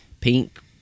pink